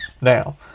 Now